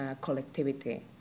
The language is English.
collectivity